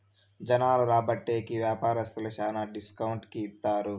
జనాలు రాబట్టే కి వ్యాపారస్తులు శ్యానా డిస్కౌంట్ కి ఇత్తారు